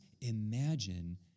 imagine